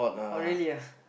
oh really ah